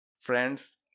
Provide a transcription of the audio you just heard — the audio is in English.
friends